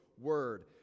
word